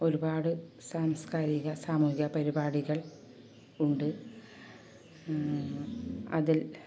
ഒരുപാട് സാംസ്കാരിക സാമൂഹിക പരിപാടികൾ ഉണ്ട് അതിൽ